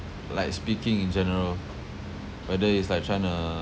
like speaking in general whether it's like trying to